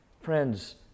Friends